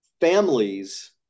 Families